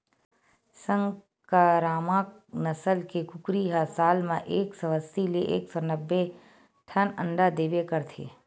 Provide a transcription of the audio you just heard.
संकरामक नसल के कुकरी ह साल म एक सौ अस्सी ले एक सौ नब्बे ठन अंडा देबे करथे